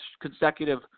consecutive